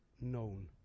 known